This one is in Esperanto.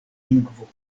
lingvo